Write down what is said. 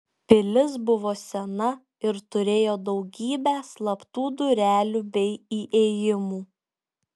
pilis buvo sena ir turėjo daugybę slaptų durelių bei įėjimų